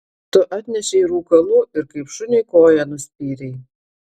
tu atnešei rūkalų ir kaip šuniui koja nuspyrei